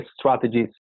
strategies